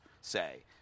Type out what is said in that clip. say